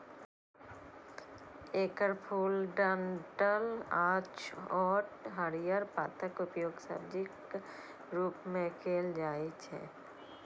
एकर फूल, डंठल आ छोट हरियर पातक उपयोग सब्जीक रूप मे कैल जाइ छै